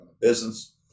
business